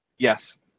Yes